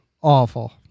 awful